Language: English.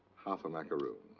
half a macaroon.